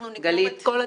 אנחנו נגמור את כל התקציב.